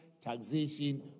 taxation